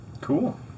Cool